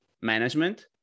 management